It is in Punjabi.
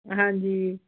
ਹਾਂਜੀ